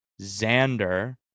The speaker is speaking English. Xander